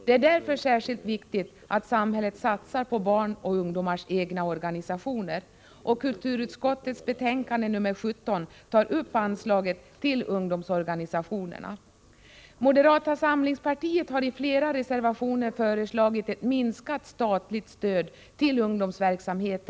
Det är därför särskilt viktigt att samhället satsar på barns och ungdomars egna organisationer. Kulturutskottets betänkande nr 17 behandlar anslaget till ungdomsorganisationerna. Moderata samlingspartiet har i flera reservationer föreslagit ett minskat statligt stöd till ungdomsverksamhet.